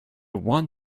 one